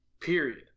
Period